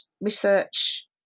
research